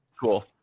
Cool